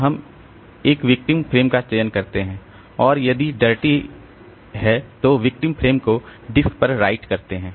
तो हम एक विक्टिम फ्रेम का चयन करते हैं और यदि डर्टी है तो विक्टिम फ्रेम को डिस्क पर राइट करते हैं